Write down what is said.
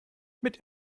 mit